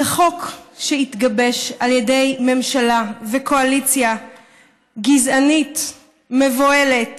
זה חוק שהתגבש על ידי ממשלה וקואליציה גזענית מבוהלת,